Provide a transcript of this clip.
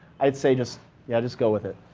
i'd say just yeah just go with it.